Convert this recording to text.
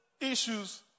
issues